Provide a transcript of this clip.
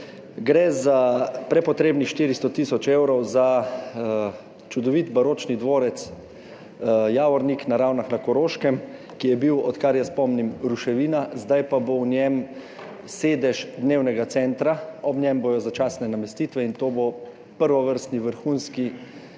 Gre za prepotrebnih 400 tisoč evrov za čudovit baročni dvorec Javornik na Ravnah na Koroškem, ki je bil, odkar jaz pomnim, ruševina, zdaj pa bo v njem sedež dnevnega centra. Ob njem bodo začasne namestitve in to bo prvovrsten, vrhunski, hkrati